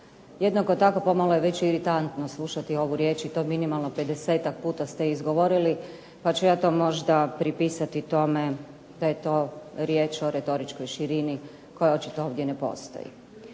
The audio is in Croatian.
Jednako tako pomalo je već i iritantno slušati ovu riječ i to minimalno pedesetak puta ste izgovorili pa ću ja to možda pripisati tome da je to riječ o retoričkoj širini koja očito ovdje ne postoji.